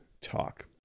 talk